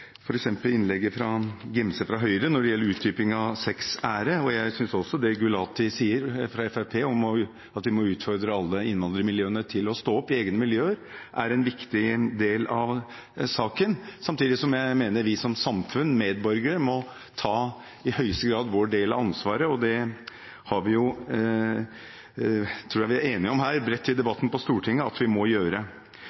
f.eks. innlegget fra representanten Gimse fra Høyre når det gjelder utdypingen av sexære. Jeg synes også at det som representanten Gulati fra Fremskrittspartiet sier om at vi må utfordre alle innvandrermiljøene til å stå opp i egne miljøer, er en viktig del av saken, samtidig som jeg mener at vi som samfunn og medborgere i høyeste grad må ta vår del av ansvaret. Det tror jeg vi er enige om her